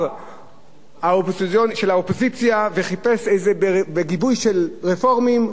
של האופוזיציה וחיפש בגיבוי של רפורמים,